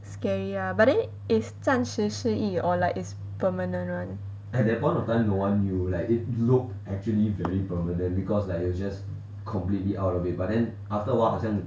scary lah but then is 暂时失忆 or like its permanent [one]